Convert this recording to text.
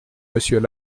monsieur